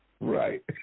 Right